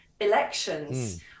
elections